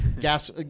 gas. –